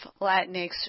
Latinx